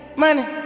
money